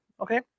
Okay